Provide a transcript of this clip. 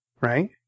right